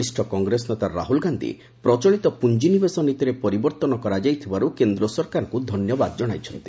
ବରିଷ୍ଣ କଂଗ୍ରେସ ନେତା ରାହୁଲ ଗାନ୍ଧୀ ପ୍ରଚଳିତ ପୁଞ୍ଜି ନିବେଶ ନୀତିରେ ପରିବର୍ତ୍ତନ କରାଯାଇଥିବାରୁ କେନ୍ଦ୍ର ସରକାରଙ୍କୁ ଧନ୍ୟବାଦ ଜଣାଇଛନ୍ତି